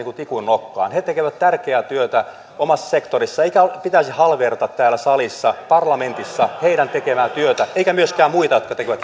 kuin tikun nokkaan he tekevät tärkeää työtä omassa sektorissaan eikä pitäisi halveerata täällä salissa parlamentissa heidän tekemäänsä työtä eikä myöskään muita jotka tekevät